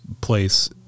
place